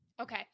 Okay